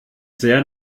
sehr